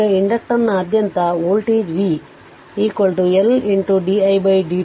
ಈಗ ಇಂಡಕ್ಟರ್ನಾದ್ಯಂತ voltage v L di dt L 0